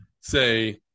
say